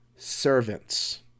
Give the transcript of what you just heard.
Servants